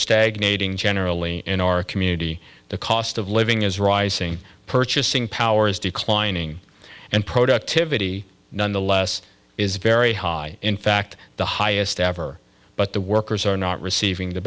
stagnating generally in our community the cost of living is rising purchasing power is declining and productivity nonetheless is very high in fact the highest ever but the workers are not receiving the